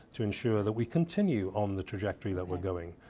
to ensure that we continue on the trajectory that we are going.